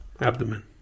Abdomen